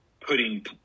putting